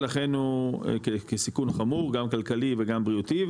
ולכן הוא כסיכון חמור גם כלכלי וגם בריאותי,